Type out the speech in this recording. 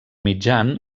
mitjan